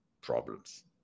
problems